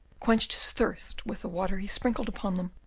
quenched his thirst with the water he sprinkled upon them,